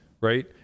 right